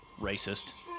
Racist